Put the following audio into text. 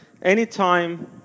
Anytime